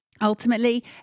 Ultimately